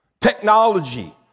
Technology